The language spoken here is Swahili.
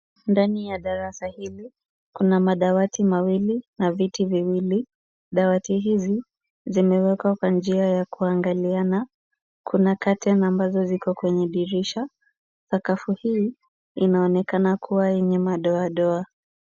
Ndani ya darasa hili, kuna madawati mawili na viti viwili. Dawati hizi zimewekwa kwa njia ya kuangaliana. Kuna curtain ambazo ziko kwenye dirisha. Sakafu hii inaonekana kuwa yenye madoadoa.